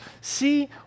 See